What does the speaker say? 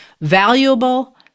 valuable